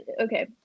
okay